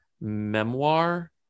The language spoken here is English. memoir